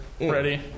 ready